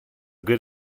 good